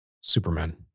Superman